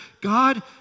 God